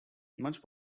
much